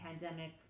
pandemic